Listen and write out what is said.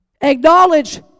Acknowledge